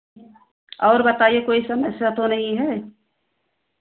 और बताइए कोई समस्या तो नहीं है